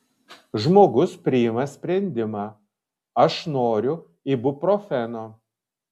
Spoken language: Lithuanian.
žmogus priima sprendimą aš noriu ibuprofeno